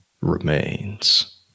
remains